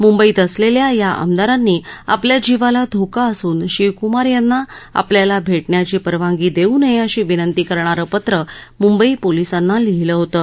मुंबईत असलेल्या या आमदारांनी आपल्या जीवाला धोका असून शिवकुमार यांना आपल्याला भेटण्याची परवानगी देऊ नये अशी विनंती करणारं पत्र मुंबई पोलिसांना लिहिलं होतं